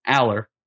Aller